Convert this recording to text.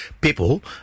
people